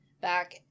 back